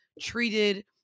treated